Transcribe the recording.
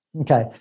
Okay